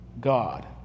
God